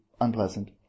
unpleasant